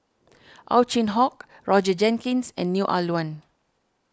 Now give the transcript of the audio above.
Ow Chin Hock Roger Jenkins and Neo Ah Luan